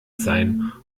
sein